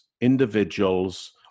individuals